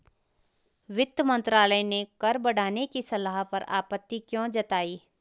वित्त मंत्रालय ने कर बढ़ाने की सलाह पर आपत्ति क्यों जताई?